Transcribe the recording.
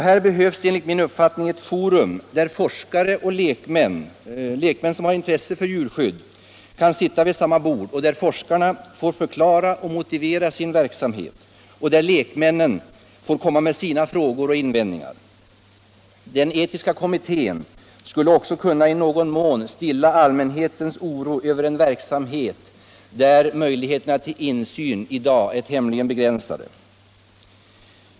Här behövs ett forum där forskare och lekmän med intresse för djurskydd kan sitta vid samma bord, där forskarna får förklara och motivera sin verksamhet och där lekmännen får komma med sina frågor och invändningar. Den etiska kommittén skulle också kunna i någon mån stilla allmänhetens oro över en verksamhet, där möjligheterna till insyn i dag är tämligen begränsade.